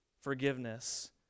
forgiveness